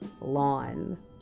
Lawn